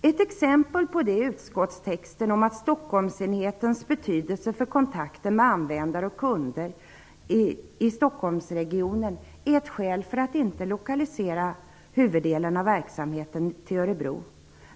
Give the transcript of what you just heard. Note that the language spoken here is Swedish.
Ett exempel på detta är utskottstexten om att Stockholmsenhetens betydelse för kontakten med användare och kunder i Stockholmsregionen är ett skäl till att inte lokalisera huvuddelen av verksamheten till Örebro.